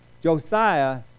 Josiah